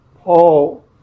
Paul